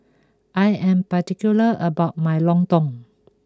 I am particular about my Lontong